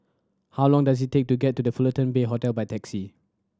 how long does it take to get to The Fullerton Bay Hotel by taxi